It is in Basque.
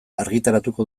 argitaratuko